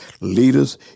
Leaders